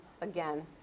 again